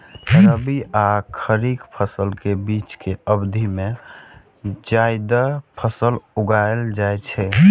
रबी आ खरीफ फसल के बीच के अवधि मे जायद फसल उगाएल जाइ छै